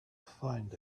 find